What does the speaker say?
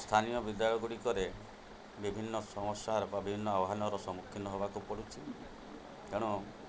ସ୍ଥାନୀୟ ବିଦ୍ୟାଳୟ ଗୁଡ଼ିକରେ ବିଭିନ୍ନ ସମସ୍ୟାର ବା ବିଭିନ୍ନ ଆହ୍ୱାନର ସମ୍ମୁଖୀନ ହବାକୁ ପଡ଼ୁଛି ତେଣୁ